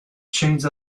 changed